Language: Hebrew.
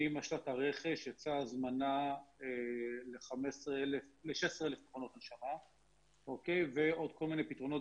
ממשל"ט הרכש יצאה הזמנה ל-16,000 מכונות הנשמה ועוד כל מיני פתרונות